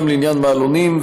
גם לעניין מעלונים,